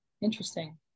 Interesting